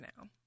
now